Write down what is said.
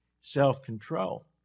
self-control